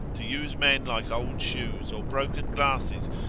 to use men like old shoes or broken glasses,